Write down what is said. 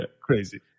Crazy